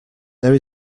there